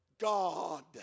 God